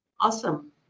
Awesome